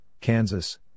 Kansas